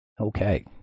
Okay